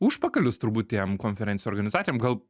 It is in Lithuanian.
užpakalius turbūt tiem konferencijų organizatoriam gal